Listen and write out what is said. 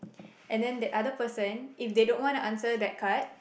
and then that other person if they don't wanna answer that card